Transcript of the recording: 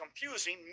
confusing